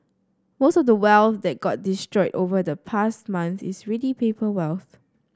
most of the wealth that got destroyed over the past month is really paper wealth